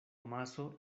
amaso